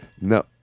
No